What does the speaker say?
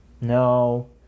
No